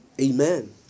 Amen